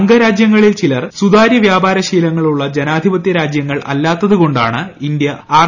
അംഗരാജ്യങ്ങളിൽ ചിലർ സുതാര്യ വ്യാപാര ശീലങ്ങളുള്ള ജനാധിപത്യ രാജ്യങ്ങൾ അല്ലാത്തത് കൊണ്ടാണ് ഇന്ത്യ ആർ